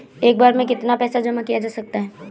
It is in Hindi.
एक बार में कितना पैसा जमा किया जा सकता है?